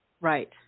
Right